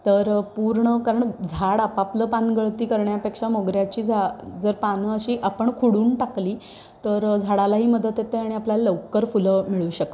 तर पूर्ण कारण झाड आपापलं पानगळती करण्यापेक्षा मोगऱ्याची झा जर पानं अशी आपण खुडून टाकली तर झाडालाही मदत येते आणि आपल्याला लवकर फुलं मिळू शकतात